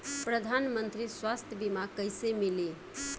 प्रधानमंत्री स्वास्थ्य बीमा कइसे मिली?